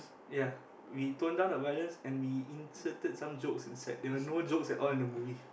ya we tone down the violence and we inserted some jokes inside there were no jokes at all inside the movie